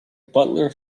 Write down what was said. butler